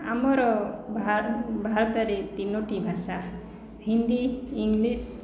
ଆମର ଭାରତରେ ତିନୋଟି ଭାଷା ହିନ୍ଦୀ ଇଙ୍ଗ୍ଲିଶ